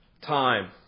time